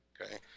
Okay